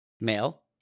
male